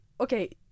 okay